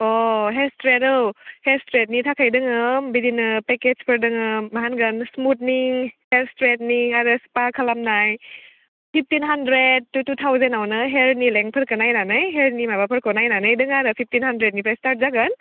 अ hair straight औ hair स्ट्रेइटनि थाखाय दङ बिदिनो पेकेजफोर दङ मा होनगोन स्मुटनिं हेयार स्ट्रेइटनिं आरो स्पा खालामनाय फिफ्टिन हान्ड्रेड टु थावजेनावनो हेयारनि लेंथफोरखौ नायनानै हेयारनि माबाफोरखौ नायनानै दङ आरो फिफ्टिन हान्ड्रेडनिफ्राय स्टार्ट जागोन